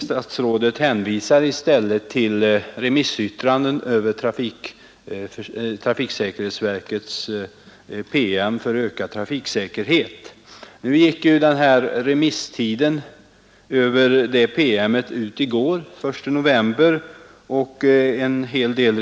Statsrådet hänvisar i stället till remissyttranden över trafiksäkerhetsverkets PM för ökad trafiksäkerhet. Remisstiden gick ut den 1 november, dvs. i går.